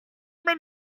über